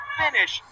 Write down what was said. finish